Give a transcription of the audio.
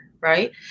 right